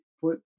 put